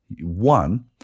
One